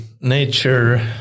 nature